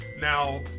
Now